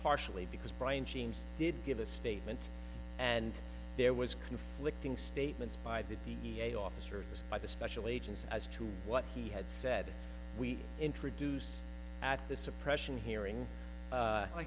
partially because brian jeans did give a statement and there was conflicting statements by the t s a officers by the special agents as to what he had said we introduced at the suppression hearing